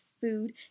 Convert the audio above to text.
food